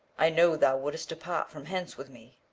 i know thou wouldst depart from hence with me!